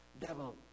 Devil